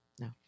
No